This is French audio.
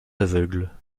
aveugle